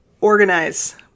Organize